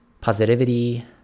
positivity